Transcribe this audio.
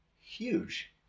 huge